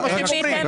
זה מה שהם אומרים.